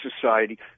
society